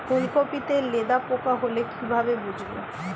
ফুলকপিতে লেদা পোকা হলে কি ভাবে বুঝবো?